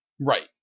Right